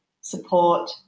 support